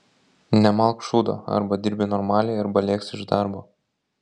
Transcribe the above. nemalk šūdo arba dirbi normaliai arba lėksi iš darbo